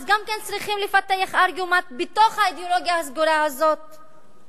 אז גם צריכים לפתח ארגומנט בתוך האידיאולוגיה הסגורה הזאת,